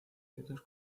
nietos